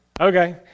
Okay